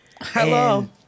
Hello